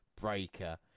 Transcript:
Breaker